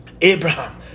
Abraham